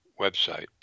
website